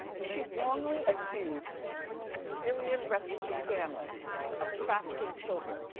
she wrongly accused a syrian refugee family of trafficking children.